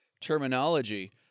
terminology